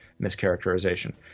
mischaracterization